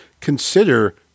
consider